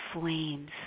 flames